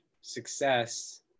success